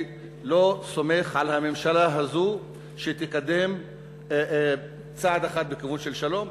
אני לא סומך על הממשלה הזאת שתתקדם צעד אחד לכיוון של שלום.